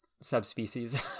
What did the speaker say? subspecies